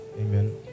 amen